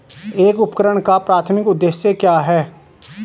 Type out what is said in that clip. एक उपकरण का प्राथमिक उद्देश्य क्या है?